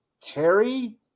terry